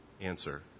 answer